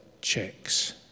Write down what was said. checks